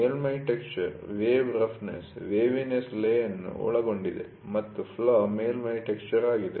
ಮೇಲ್ಮೈ texture wave roughness waviness lay ಅನ್ನು ಒಳಗೊಂಡಿದೆ ಮತ್ತು ಫ್ಲಾ ಮೇಲ್ಮೈ ಟೆಕ್ಸ್ಚರ್ ಆಗಿದೆ